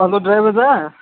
hello driver Dada